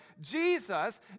Jesus